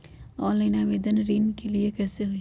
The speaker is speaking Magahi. ऑनलाइन आवेदन ऋन के लिए कैसे हुई?